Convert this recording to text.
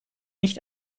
nicht